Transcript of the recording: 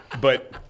But-